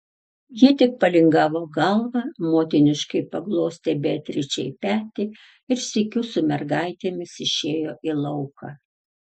ji tik palingavo galvą motiniškai paglostė beatričei petį ir sykiu su mergaitėmis išėjo į lauką